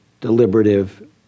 deliberative